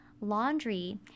laundry